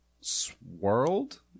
Swirled